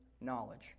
knowledge